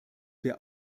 wir